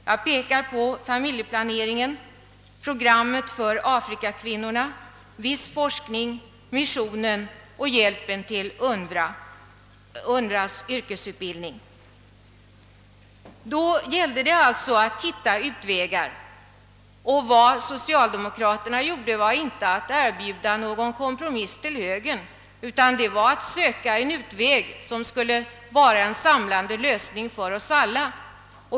Jag pekar på familjeplaneringen, programmet för afrikakvinnorna, viss forskning, missionen och hjälpen till UNRRA:s yrkesutbildning. Då gällde det att finna utvägar. Och vad socialdemokraterna gjorde var inte att erbjuda högern någon kompromiss, utan vi sökte en samlande lösning för alla.